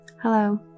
Hello